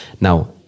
Now